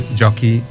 jockey